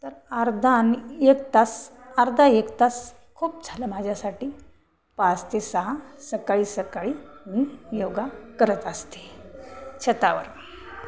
तर अर्धा आणि एक तास अर्धा एक तास खूप झालं माझ्यासाठी पाच ते सहा सकाळी सकाळी मी योगा करत असते छतावर